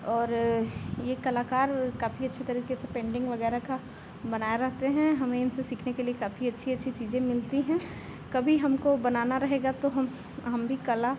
और ये कलाकार काफ़ी अच्छे तरीके से पेन्टिन्ग वग़ैरह का बनाए रहते हैं हमें इनसे सीखने के लिए काफ़ी अच्छी अच्छी चीज़ें मिलती हैं कभी हमको बनाना रहेगा तो हम हम भी कला